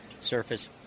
surface